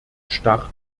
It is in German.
start